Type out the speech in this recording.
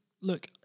look